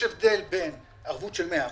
יש הבדל בין ערבות של 100%,